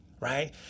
right